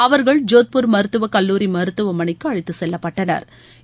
அவர்கள் ஜோத்பூர் மருத்துவக் கல்லூரி மருத்துவமனைக்கு அழைத்துச் செல்லப்பட்டனா்